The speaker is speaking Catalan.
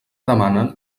demanen